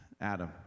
Adam